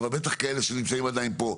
אבל בטח כאלה שנמצאים עדיין פה.